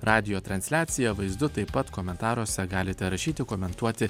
radijo transliaciją vaizdu taip pat komentaruose galite rašyti komentuoti